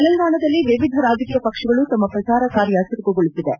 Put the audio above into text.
ತೆಲಂಗಾಣದಲ್ಲಿ ವಿವಿಧ ರಾಜಕೀಯ ಪಕ್ಷಗಳು ತಮ್ನ ಪ್ರಚಾರ ಕಾರ್ಯವನ್ನು ಚುರುಕುಗೊಳಿಸಿವೆ